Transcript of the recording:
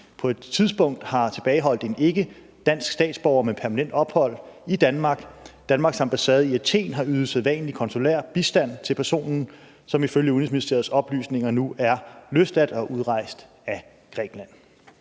på et tidspunkt har tilbageholdt en ikkedansk statsborger med permanent ophold i Danmark. Danmarks ambassade i Athen har ydet sædvanlig konsulær bistand til personen, som ifølge Udenrigsministeriets oplysninger nu er løsladt og er udrejst af Grækenland.